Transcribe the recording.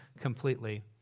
completely